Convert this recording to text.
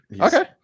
okay